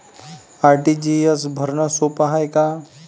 RTGS भरनं सोप हाय का?